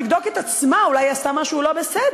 שתבדוק את עצמה, אולי היא עשתה משהו לא בסדר.